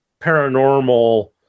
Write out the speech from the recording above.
paranormal